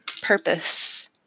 purpose